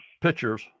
pictures